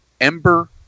ember